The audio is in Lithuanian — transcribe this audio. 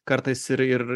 kartais ir ir